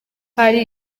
hari